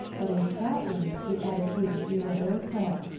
but in scotland the attitude is universal.